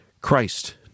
Christ